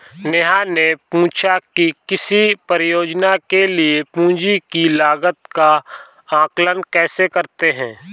नेहा ने पूछा कि किसी परियोजना के लिए पूंजी की लागत का आंकलन कैसे करते हैं?